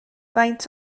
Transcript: faint